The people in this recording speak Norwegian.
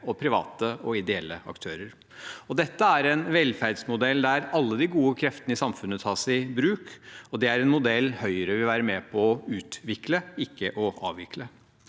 private og ideelle aktører. Dette er en velferdsmodell der alle de gode kreftene i samfunnet tas i bruk. Det er en modell Høyre vil være med på å utvikle, ikke avvikle.